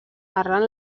arran